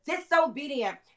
disobedient